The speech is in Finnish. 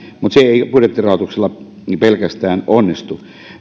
mutta se ei pelkästään budjettirahoituksella onnistu